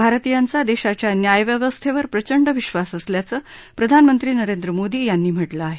भारतीयांचा देशाच्या न्यायव्यवस्थेवर प्रचंड विश्वास असल्याचं प्रधानमंत्री नरेंद्र मोदी यांनी म्हा मिं आहे